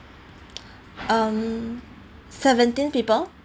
um seventeen people